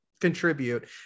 Contribute